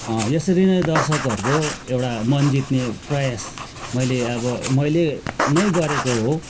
यसरी नै दर्शकहरूको एउटा मन जित्ने प्रयास मैले अब मैले नै गरेको हो